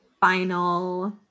final